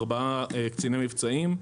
ארבעה קציני מבצעים,